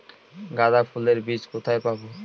গাঁদা ফুলের বীজ কোথায় পাবো?